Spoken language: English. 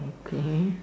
okay